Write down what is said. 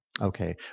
Okay